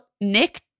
Nick